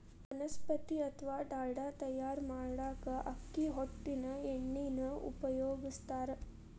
ವನಸ್ಪತಿ ಅತ್ವಾ ಡಾಲ್ಡಾ ತಯಾರ್ ಮಾಡಾಕ ಅಕ್ಕಿ ಹೊಟ್ಟಿನ ಎಣ್ಣಿನ ಉಪಯೋಗಸ್ತಾರ